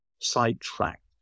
sidetracked